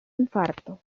infarto